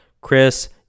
Chris